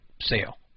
sale